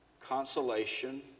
consolation